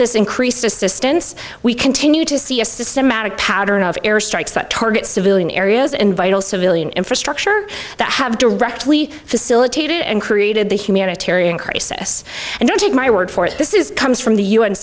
this increased assistance we continue to see a systematic pattern of airstrikes that target civilian areas and vital civilian infrastructure that have directly facilitated and created the humanitarian crisis and don't take my word for it this is comes from the u